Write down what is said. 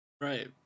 Right